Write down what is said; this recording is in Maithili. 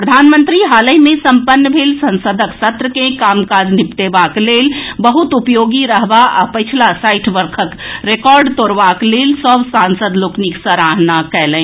प्रधानमंत्री हालहि मे सम्पन्न भेल संसदक सत्र के कामकाज निपटेबाक लेल बहुत उपयोगी रहबा आ पछिला साठि वर्षक रिकॉर्ड तोड़बाक लेल सभ सांसद लोकनिक सराहना कयलनि